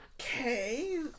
Okay